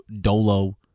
dolo